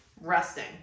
resting